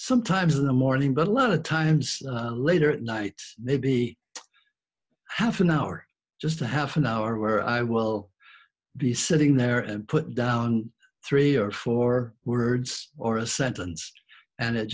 sometimes in the morning but a lot of times later at night maybe half an hour just a half an hour where i will be sitting there and put down three or four words or a sentence and it